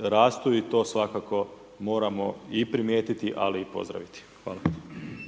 rastu i to svakako moramo i primijetiti ali i pozdraviti. Hvala.